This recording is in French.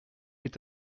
est